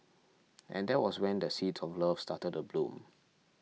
and that was when the seeds of love started to bloom